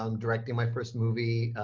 um directing my first movie,